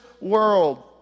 world